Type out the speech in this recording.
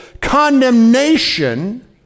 condemnation